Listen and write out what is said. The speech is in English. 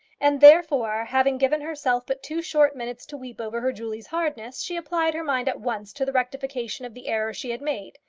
and therefore, having given herself but two short minutes to weep over her julie's hardness, she applied her mind at once to the rectification of the error she had made.